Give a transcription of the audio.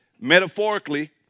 Metaphorically